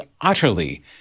utterly